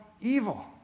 evil